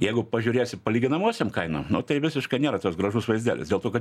jeigu pažiūrėsi palyginamosiom kainom nu tai visiškai nėra toks gražus vaizdelis dėl to kad